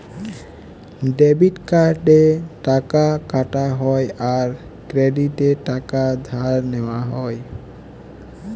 debit কার্ডে টাকা কাটা হ্যয় আর ক্রেডিটে টাকা ধার লেওয়া হ্য়য়